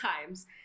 times